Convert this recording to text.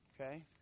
Okay